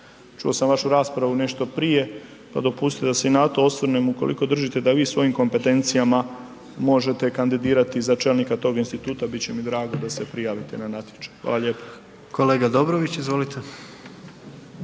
Čuo sam vašu raspravu nešto prije pa dopustite da se i na to osvrnem. Ukoliko držite da vi svojim kompetencijama možete kandidirati za čelnika tog instituta, bit će mi drago da se prijavite na natječaj. Hvala lijepo. **Jandroković, Gordan